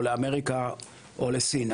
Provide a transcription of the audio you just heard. לאמריקה או לסין,